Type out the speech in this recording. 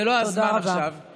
זה לא הזמן עכשיו, תודה רבה.